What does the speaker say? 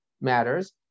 matters